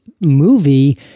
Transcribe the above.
movie